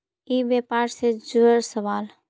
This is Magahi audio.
ई व्यापार से जुड़ल सवाल?